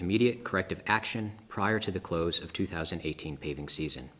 immediate corrective action prior to the close of two thousand and eighteen paving season